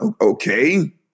okay